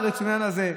ברציונל הזה,